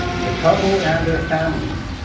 the couple and their families.